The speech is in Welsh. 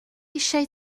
eisiau